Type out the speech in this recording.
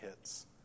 hits